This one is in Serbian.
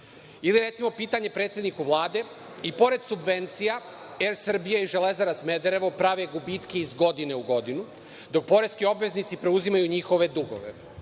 Ili, recimo, pitanje predsedniku Vlade, i pored subvencija Er Srbija i Železara Smederevo prave gubitke iz godine u godinu, dok poreski obveznici preuzimaju njihove dugove.